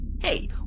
Hey